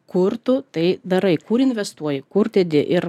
kur tu tai darai kur investuoji kur dedi ir